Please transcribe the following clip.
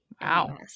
Wow